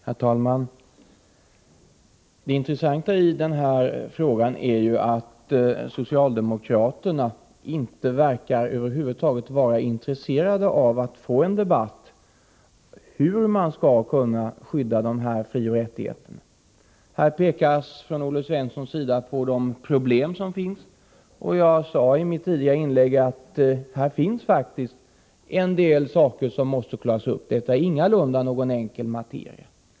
Herr talman! Det anmärkningsvärda i den här frågan är ju att socialdemokraterna över huvud taget inte verkar vara intresserade av att få en debatt om hur man skall kunna skydda dessa frioch rättigheter. Olle Svensson pekar på de problem som finns, och jag sade i mitt tidigare inlägg att det faktiskt finns en del saker som måste klaras upp. Detta är ingalunda någon enkel materia.